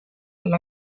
all